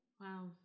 wow